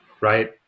right